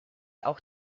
auch